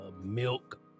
milk